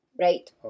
right